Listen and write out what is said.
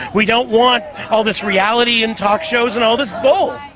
we don't want all this reality and talk shows and all this bull.